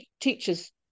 teachers